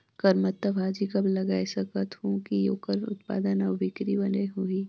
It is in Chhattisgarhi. करमत्ता भाजी कब लगाय सकत हो कि ओकर उत्पादन अउ बिक्री बने होही?